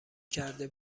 کرده